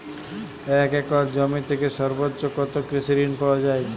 এক একর জমি থেকে সর্বোচ্চ কত কৃষিঋণ পাওয়া য়ায়?